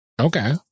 Okay